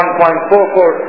1.44